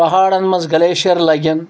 پہاڑن منٛز گلیشر لگَن